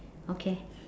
okay